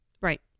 Right